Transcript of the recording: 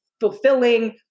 fulfilling